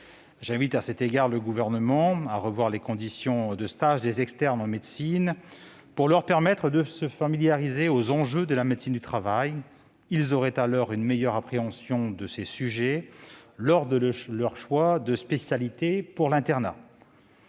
J'invite à cet égard le Gouvernement à revoir les conditions de stage des externes de médecine pour leur permettre de se familiariser aux enjeux de la médecine du travail. Ils auraient alors une meilleure appréhension de ces sujets lors de leur choix de spécialité pour l'internat.